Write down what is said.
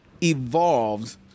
evolved